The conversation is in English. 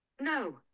no